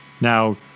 Now